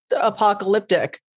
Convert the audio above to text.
apocalyptic